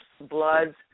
bloods